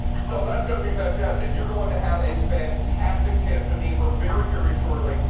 so that's going to be fantastic. you're going to have a fantastic chance to meet her very, very shortly.